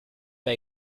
pas